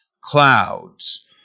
clouds